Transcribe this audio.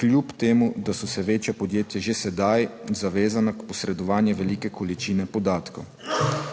kljub temu, da so se večja podjetja že sedaj zavezana k posredovanju velike količine podatkov.